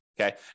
Okay